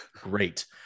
Great